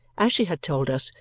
as she had told us,